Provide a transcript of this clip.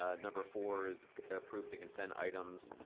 ah number four is approve the consent items